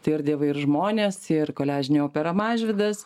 tai ir dievai ir žmonės ir koliažinė opera mažvydas